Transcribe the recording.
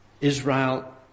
Israel